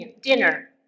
dinner